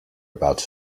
about